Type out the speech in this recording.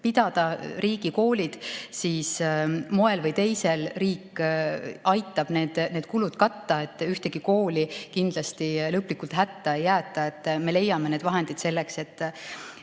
pidada, riigikoolid, ja moel või teisel riik aitab nende kulud katta. Ühtegi kooli kindlasti lõplikult hätta ei jäeta. Me leiame need vahendid, et